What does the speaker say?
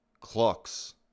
clocks